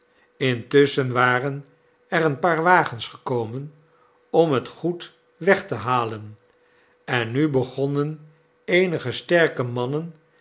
intusschen waren er een paar wagens gekomen om het goed weg te halen en nu begonnen eenige sterke mannen